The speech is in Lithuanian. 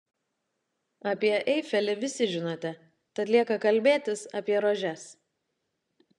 apie eifelį visi žinote tad lieka kalbėtis apie rožes